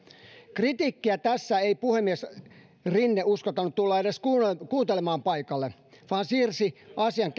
kritiikkiä tässä ei puhemies rinne uskaltanut tulla edes kuuntelemaan paikalle vaan siirsi asian